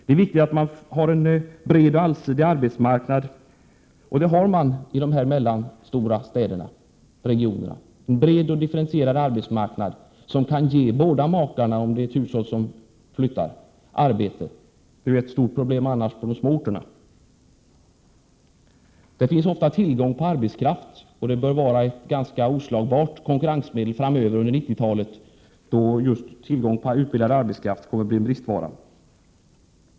Det är viktigt att ha en bred och allsidig arbetsmarknad — och det har man i de här Prot. 1987/88:127 mellanstora städerna och regionerna. De har en bred och differentierad 26 maj 1988 arbetsmarknad, som kan ge båda makarna arbete om det är ett hushåll som flyttar. Detta är annars ett stort problem på de små orterna. Det finns ofta tillgång på arbetskraft, vilket bör vara ett ganska oslagbart konkurrensmedel under 1990-talet, då just utbildad arbetskraft kommer att bli en bristvara.